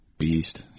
beast